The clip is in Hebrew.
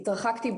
התרחקתי בהלם.